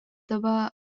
таба